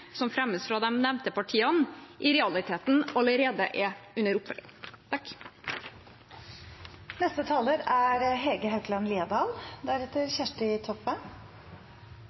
som fremmes fra de nevnte partiene, i realiteten allerede er under oppfølging.